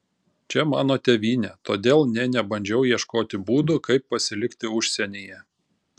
čia mano tėvynė todėl nė nebandžiau ieškoti būdų kaip pasilikti užsienyje